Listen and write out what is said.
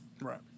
Right